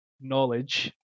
knowledge